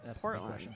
Portland